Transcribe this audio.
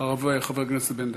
אחריו, חבר הכנסת בן-דהן.